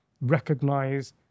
recognize